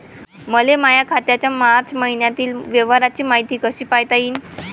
मले माया खात्याच्या मार्च मईन्यातील व्यवहाराची मायती कशी पायता येईन?